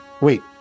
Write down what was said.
Wait